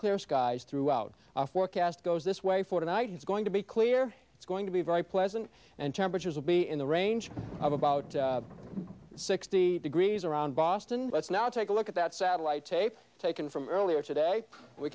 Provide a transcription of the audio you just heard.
clear skies throughout forecast goes this way for tonight it's going to be clear it's going to be very pleasant and temperatures will be in the range of about sixty degrees around boston let's now take a look at that satellite tape taken from earlier today we